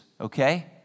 okay